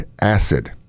acid